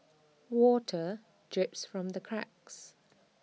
water drips from the cracks